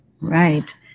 Right